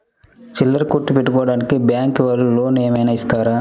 చిల్లర కొట్టు పెట్టుకోడానికి బ్యాంకు వాళ్ళు లోన్ ఏమైనా ఇస్తారా?